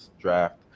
draft